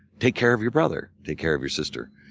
take care of your brother, take care of your sister.